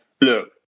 Look